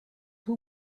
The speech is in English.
who